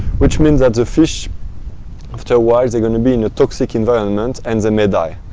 which means that the fish afterwards, they're going to be in a toxic environment and they may die.